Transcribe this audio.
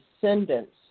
descendants